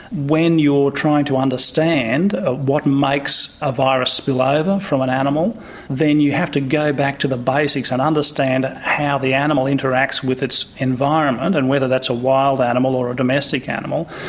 when you're trying to understand what makes a virus spill over from an animal then you have to go back to the basics and understand how the animal interacts with its environment and whether that's a wild animal or a domestic animal.